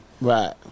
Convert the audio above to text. Right